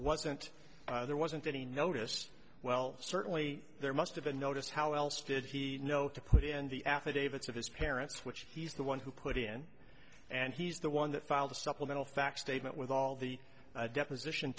wasn't there wasn't any notice well certainly there must have been notice how else did he know to put in the affidavits of his parents which he's the one who put in and he's the one that filed a supplemental fax statement with all the deposition